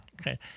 Okay